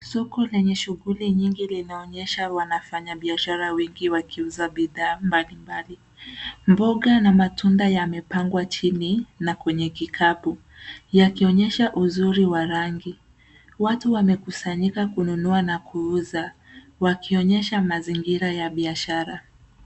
Soko lenye shughuli nyingi inaonyesha wanafanya biashara wakiuzia bidhaa mbalimbali. Mboga na matunda yamepangwa chini na kwenye kikapu yakionyesha uzuri wa rangi. Watu wamekusanyika kununua na kuuza, wakionyesha mazingira ya biashara.